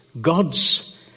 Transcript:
God's